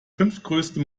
fünftgrößte